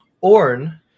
Orn